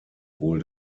wohl